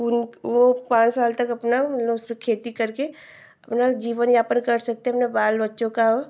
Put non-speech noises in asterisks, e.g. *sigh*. उन वह पाँच साल तक अपना *unintelligible* उसपर खेती करके अपना जीवन यापन कर सकते हैं अपने बाल बच्चों का वह